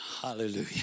Hallelujah